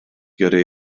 gyrru